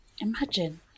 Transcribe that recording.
Imagine